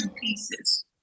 pieces